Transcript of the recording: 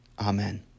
Amen